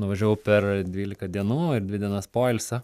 nuvažiavau per dvylika dienų ir dvi dienas poilsio